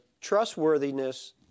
trustworthiness